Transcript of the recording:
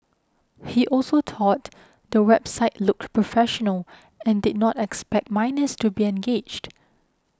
he also thought the website looked professional and did not expect minors to be engaged